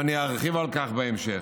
ואני ארחיב על כך בהמשך.